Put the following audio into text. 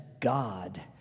God